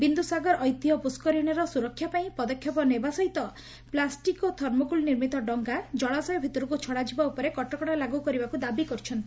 ବିନ୍ଦୁ ସାଗର ଐତିହ୍ୟ ପୁଷ୍ବରିଣୀର ସୁରକ୍ଷା ପାଇଁ ପଦକ୍ଷେପ ନେବା ସହିତ ପ୍ଲାଷ୍ଟିକ୍ ଓ ଥର୍ମୋକୁଲ୍ ନିର୍ମିତ ଡଙ୍ଗା ଜଳାଶୟ ଭିତରକୁ ଛଡ଼ାଯିବା ଉପରେ କଟକଶା ଲାଗୁ କରିବାକୁ ଦାବି କରିଛନ୍ତି